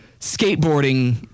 skateboarding